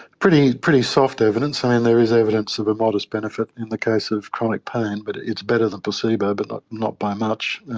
pretty pretty soft evidence. i mean, and there is evidence of a modest benefit in the case of chronic pain, but it's better than placebo but not not by much.